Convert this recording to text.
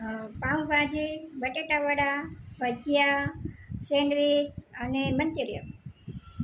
pav bhaji batata vada bhajiya sandwich અને મન્ચુરીયમ